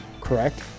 correct